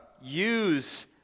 use